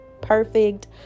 perfect